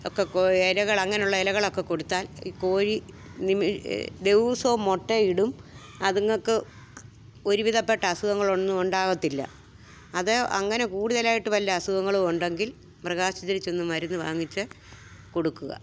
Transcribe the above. ഒക്കെ ഇലകള് അങ്ങനെയുള്ള ഇലകളൊക്കെ കൊടുത്താൽ ഈ കോഴി നി ദിവസവും മുട്ടയിടും അതുങ്ങള്ക്ക് ഒരുവിധപ്പെട്ട അസുഖങ്ങളൊന്നും ഉണ്ടാകത്തില്ല അത് അങ്ങനെ കൂടുതലായിട്ടും വല്ല അസുഖങ്ങളും ഉണ്ടങ്കിൽ മൃഗാശുപത്രിയില് ചെന്ന് മരുന്ന് വാങ്ങിച്ചുകൊടുക്കുക